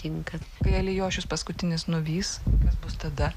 tinka kai alijošius paskutinis nuvys kas bus tada